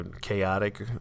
chaotic